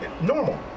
Normal